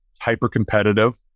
hyper-competitive